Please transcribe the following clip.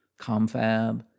Comfab